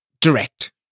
direct